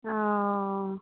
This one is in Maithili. ओ